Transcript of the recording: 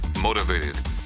motivated